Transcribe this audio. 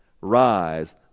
Rise